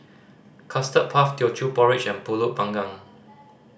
Custard Puff Teochew Porridge and Pulut Panggang